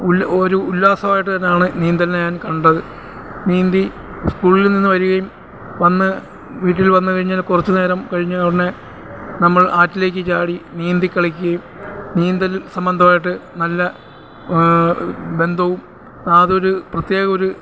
ഉൽ ഒരു ഉല്ലാസവമായിട്ട് തന്നെയാണ് നീന്തലിനെ ഞാൻ കണ്ടത് നീന്തി സ്കൂളിൽ നിന്നു വരികയും വന്ന് വീട്ടിൽ വന്നു കഴിഞ്ഞാൽ കുറച്ചു നേരം കഴിഞ്ഞ ഉടനെ നമ്മൾ ആറ്റിലേക്കു ചാടി നീന്തി കളിക്കുകയും നീന്തൽ സംബന്ധമായിട്ട് നല്ല ബന്ധവും അതൊരു പ്രത്യേക ഒരു